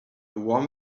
warm